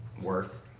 Worth